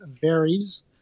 varies